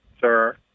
Sir